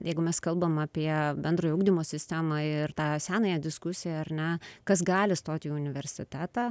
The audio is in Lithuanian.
jeigu mes kalbam apie bendrojo ugdymo sistemą ir tą senąją diskusiją ar ne kas gali stot į universitetą